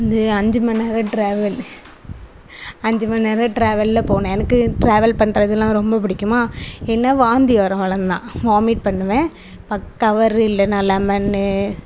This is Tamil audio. அது அஞ்சு மணிநேரம் ட்ராவல் அஞ்சு மணிநேரம் ட்ராவலில் போனேன் எனக்கு ட்ராவல் பண்ணுறதுலாம் ரொம்ப பிடிக்குமா என்ன வாந்தி வரும் அவ்வளோந்தான் வாமிட் பண்ணுவேன் பா கவர் இல்லைன்னா லெமன்னு